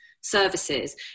services